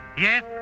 Yes